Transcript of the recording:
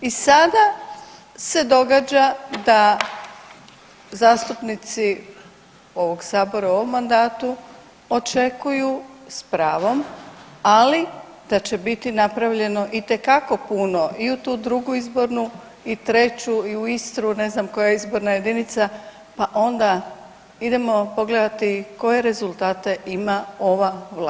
I sada se događa da zastupnici ovog Sabora u ovom mandatu očekuju s pravom ali da će biti napravljeno itekako puno i u tu 2. izbornu, i 3., i u Istru ne znam koja je izborna jedinica pa onda idemo pogledati koje rezultate ima ova Vlada.